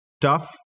tough